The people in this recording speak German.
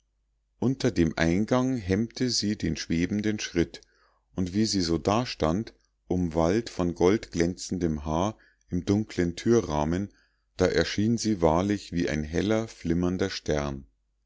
unter dem eingang hemmte sie den schwebenden schritt und wie sie so dastand umwallt von goldglänzendem haar im dunklen türrahmen da erschien sie wahrlich wie ein heller flimmernder stern